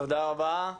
תודה רבה,